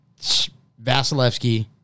Vasilevsky